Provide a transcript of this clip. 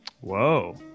Whoa